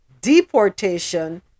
deportation